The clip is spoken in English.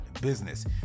business